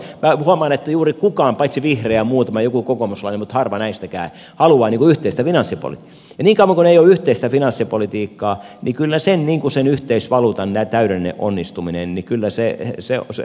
minä huomaan että ei juuri kukaan paitsi muutama vihreä joku kokoomuslainen mutta harva näistäkään halua yhteistä finanssipolitiikkaa ja niin kauan kun ei ole yhteistä finanssipolitiikkaa niin kyllä sen yhteisvaluutan täydellinen onnistuminenni kyllä se on se onko onnistuminen